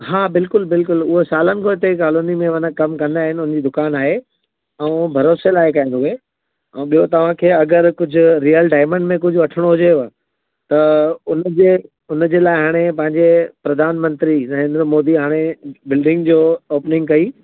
हा बिल्कुलु बिल्कुलु उहो सालनि खां उतेई कॉलोनीअ में उन कमु कंदा आहिनि उनजी दुकान आहे ऐं भरोसे लाइक़ु आहिनि उहे ऐं ॿियो तव्हांखे अगरि कुझु रियल डायमंड में कुझु वठिणो हुजेव त उनजे उनजे लाइ हाणे पंहिंजे प्रधानमंत्री नरेंद्र मोदी हाणे बिल्डिंग जो ओपनिंग कई